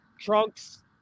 trunks